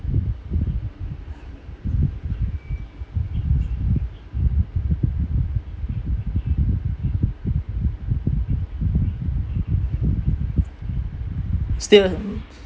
still